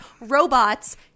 robots